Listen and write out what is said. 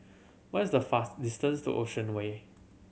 what is the fast distance to Ocean Way